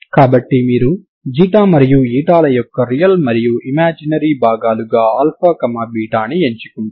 కాబట్టి మీరు ξ మరియు η ల యొక్క రియల్ మరియు ఇమాజినరీ భాగాలుగా αβని ఎంచుకుంటారు